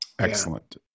Excellent